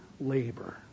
labor